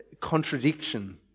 contradiction